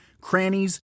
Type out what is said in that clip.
crannies